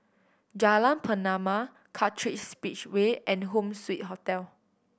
Jalan Pernama Kartright Speedway and Home Suite Hotel